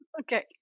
Okay